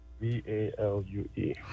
V-A-L-U-E